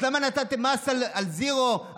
אז למה נתתם מס על זירו,